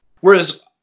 Whereas